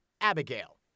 Abigail